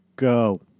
Go